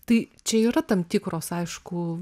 tai čia yra tam tikros aišku